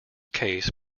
case